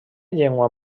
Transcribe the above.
llengua